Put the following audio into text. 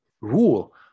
rule